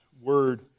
word